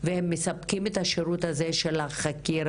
והם מספקים את השירות הזה של החקירה,